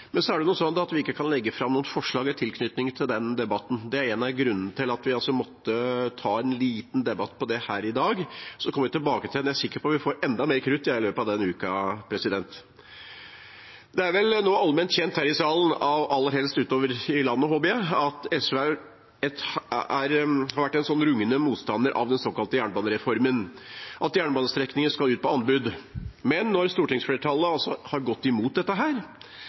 Men vi kan ikke legge fram noen egne forslag til den debatten, og det er en av grunnene til at vi måtte ta en liten debatt om det her i dag. Vi kommer tilbake til den debatten igjen – jeg er sikker på at vi får enda mer krutt i løpet av en uke. Det er vel allment kjent her i salen og utover landet, håper jeg, at SV har vært en rungende motstander av den såkalte jernbanereformen og at jernbanestrekninger skal ut på anbud. Men når stortingsflertallet har gått imot dette,